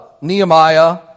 Nehemiah